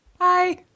Hi